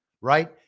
right